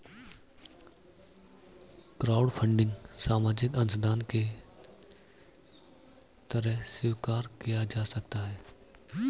crowdfunding सामाजिक अंशदान की तरह स्वीकार किया जा सकता है